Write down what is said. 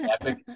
epic